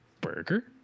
burger